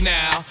now